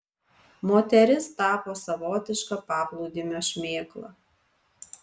moteris tapo savotiška paplūdimio šmėkla